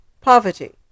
poverty